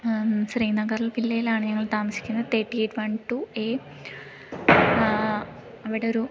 ശ്രീനഗർ വില്ലയിലാണ് ഞങ്ങൾ താമസിക്കുന്നത് തേട്ടി എയ്റ്റ് വൺ ടു എ അവിടൊരു